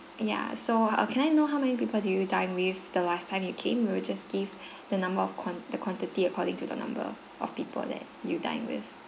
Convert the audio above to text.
ya so uh can I know how many people do you dine with the last time you came we will just give the number of quan~ the quantity according to the number of people that you dine with